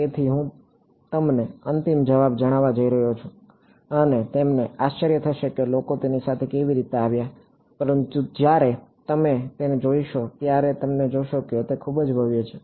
તેથી હું તમને અંતિમ જવાબ જણાવવા જઈ રહ્યો છું અને તમને આશ્ચર્ય થશે કે લોકો તેની સાથે કેવી રીતે આવ્યા પરંતુ જ્યારે તમે તેને જોશો ત્યારે તમે જોશો તે ખૂબ જ ભવ્ય છે